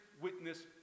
witness